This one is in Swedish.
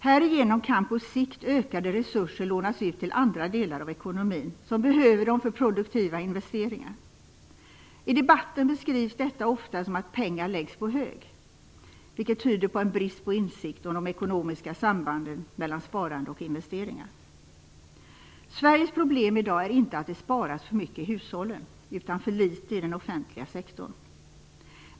Härigenom kan på sikt ökade resurser lånas ut till andra delar av ekonomin som behöver dem för produktiva investeringar. I debatten beskrivs detta ofta som att "pengar läggs på hög", vilket tyder på en brist på insikt om de ekonomiska sambanden mellan sparande och investeringar. Sveriges problem i dag är inte att det sparas för mycket i hushållen utan för litet i den offentliga sektorn.